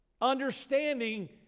understanding